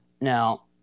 Now